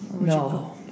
No